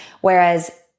Whereas